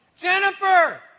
Jennifer